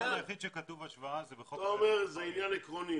הדבר היחיד שכתוב השוואה זה בחוק --- אתה אומר שזה עניין עקרוני.